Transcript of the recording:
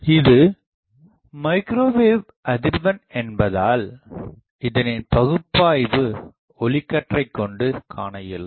இது மைக்ரோவேவ் அதிர்வெண் என்பதால் இதனின் பகுப்பாய்வு ஒளிக்கற்றைக் கொண்டு காணஇயலும்